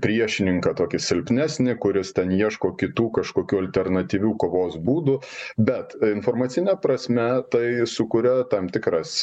priešininką tokį silpnesnį kuris ten ieško kitų kažkokių alternatyvių kovos būdų bet informacine prasme tai sukuria tam tikras